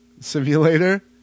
simulator